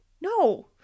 No